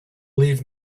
leave